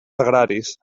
agraris